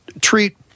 treat